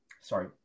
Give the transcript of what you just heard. Sorry